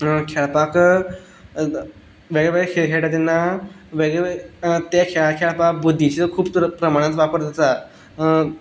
खेळपाक वेगळेवेगळे खेळ खेळटा तेन्ना वेगळे ते खेळ खेळपा बुद्दीचो खूब प्रमाणांत वापर जाता